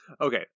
okay